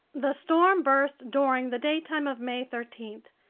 the storm burst during the daytime of may thirteen,